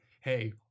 hey